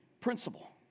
principle